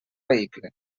vehicle